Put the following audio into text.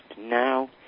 Now